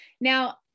Now